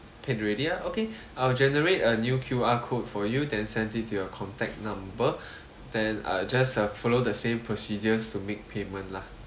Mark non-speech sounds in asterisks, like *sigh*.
paid already ah okay *breath* I will generate a new Q_R code for you then send it to your contact number *breath* then uh just uh follow the same procedures to make payment lah